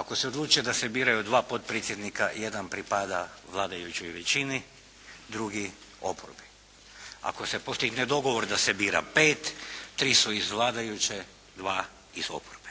Ako se odlučuje da se biraju dva potpredsjednika i jedan pripada vladajućoj većini, drugi oporbi. Ako se postigne dogovor da se bira pet, tri su iz vladajuće, dva iz oporbe.